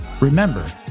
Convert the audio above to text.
Remember